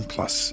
Plus